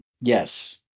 Yes